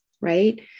right